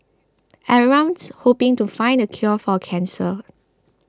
everyone's hoping to find the cure for cancer